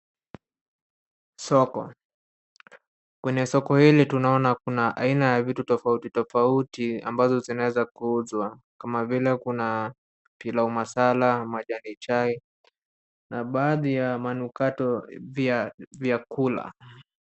Soko, kwenye soko hili tunaona kuna aina ya vitu tofauti tofauti ambazo zinaeza kuuzwa kama vile kuna pilau masala, majani chai na baadhi ya manukato, pia vyakula.